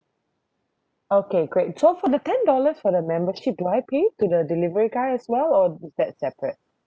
okay great so for the ten dollars for the membership do I pay to the delivery guy as well or is that separate